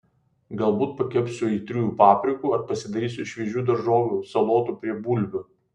galbūt pakepsiu aitriųjų paprikų ar pasidarysiu šviežių daržovių salotų prie bulvių